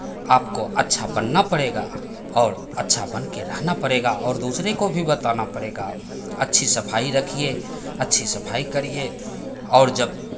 आपको अच्छा बनना पड़ेगा और अच्छा बन के रहना पड़ेगा और दूसरे को भी बताना पड़ेगा अच्छी सफाई रखिए अच्छी सफाई करिए और जब